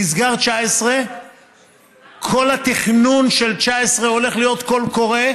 נסגר כל התכנון של 2019: הולך להיות קול קורא,